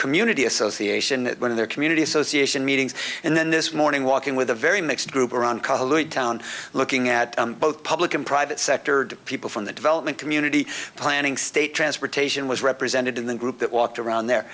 community association at one of their community association meetings and then this morning walking with a very mixed group around town looking at both public and private sector people from the development community planning state transportation was represented in the group that walked around